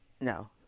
No